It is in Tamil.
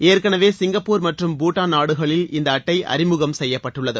ஏற்கெனவே சிங்கப்பூர் மற்றும் பூடாள் நாடுகளில் இந்த அட்டை அறிமுகம் செய்யப்பட்டுள்ளது